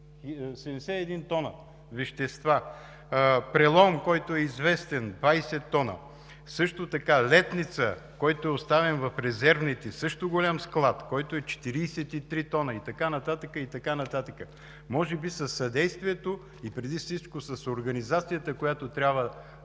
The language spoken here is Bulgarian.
71 тона, Прелом, който е известен – 20 тона, също така – Летница, който е оставен в резервните, също голям склад, който е с 43 тона, и така нататък, и така нататък. Може би със съдействието и преди всичко с организацията, която трябва